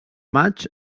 maig